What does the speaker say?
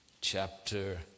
chapter